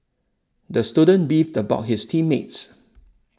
the student beefed about his team mates